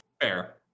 Fair